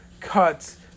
cuts